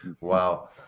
wow